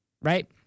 right